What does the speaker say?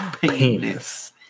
Penis